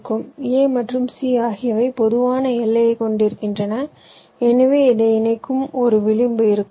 A மற்றும் C ஆகியவை பொதுவான எல்லையைக் கொண்டிருக்கின்றன எனவே இதை இணைக்கும் ஒரு விளிம்பு இருக்கும்